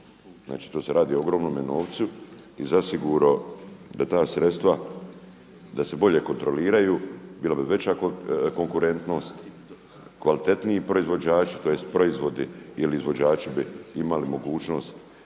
tu se radi o ogromnom novcu i zasigurno da su se ta sredstva bolje kontroliraju bila bi veća konkurentnost, kvalitetniji proizvođači tj. proizvodi ili izvođači bi imali mogućnost